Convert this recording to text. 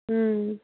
اۭں